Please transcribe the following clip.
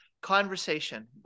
conversation